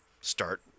start